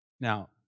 Now